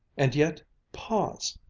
and yet pause,